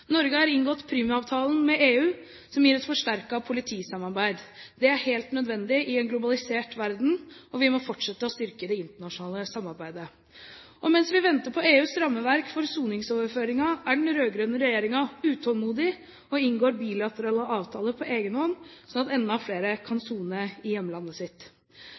Norge har inngått Prüm-avtalen med EU, som gir et forsterket politisamarbeid. Det er helt nødvendig i en globalisert verden, og vi må fortsette å styrke det internasjonale samarbeidet. Mens vi venter på EUs rammeverk for soningsoverføringer, er den rød-grønne regjeringen utålmodig og inngår bilaterale avtaler på egen hånd, slik at enda flere kan sone i